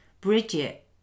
Bridget